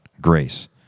grace